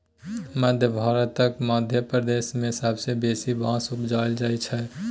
मध्य भारतक मध्य प्रदेश मे सबसँ बेसी बाँस उपजाएल जाइ छै